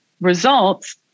results